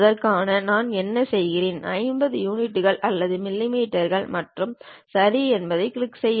அதற்காக நான் என்ன செய்கிறேன் 50 யூனிட்டுகள் அல்லது மில்லிமீட்டர்கள் மற்றும் சரி என்பதைக் கிளிக் செய்க